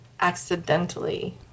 accidentally